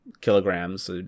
kilograms